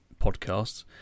podcasts